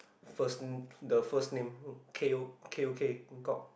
first the first name K O K O K Kok